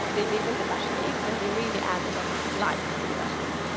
they live in the lush caves and they really add a lot of life to the lush caves.